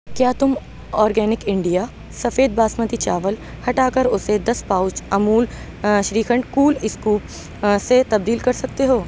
کیا تم organic India سفید باسمتی چاول ہٹا کر اسے دس pouch Amul shrikhand cool scoop سے تبدیل کر سکتے ہو